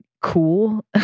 cool